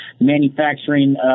manufacturing